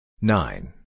Nine